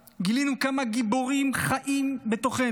גילינו כמה גיבורים חיים בתוכנו.